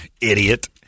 Idiot